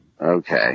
Okay